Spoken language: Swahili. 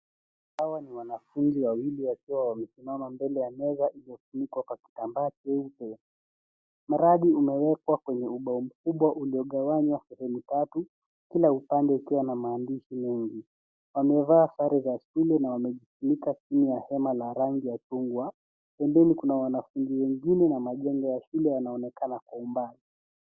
Hawa ni wanafunzi wawili wakiwa wamesimama mbele ya meza iliyofunikwa kwa kitamba cheupe. Mradi umewekwa kwenye ubao mkubwa uliogawanywa sehemu tatu. Kila upande ukiwa na maandishi mengi. Wamevaa sare za shule na wamejifunika chini ya hema ya rangi ya chungwa. Pembeni kuna wanafunzi wengine na majengo ya shule yanaonekana kwa umbali.